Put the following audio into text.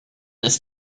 ist